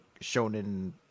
shonen